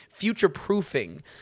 future-proofing